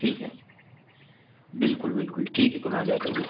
ठीक है बिलकुल बिलकुल ठीक है कुनाल यादव जी